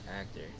actor